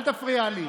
אל תפריע לי.